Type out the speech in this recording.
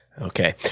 Okay